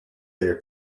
their